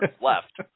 left